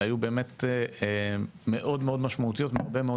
היו באמת מאוד משמעותיות להרבה מאוד